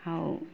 ହଉ